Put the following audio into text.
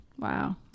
Wow